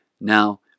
now